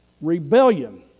Rebellion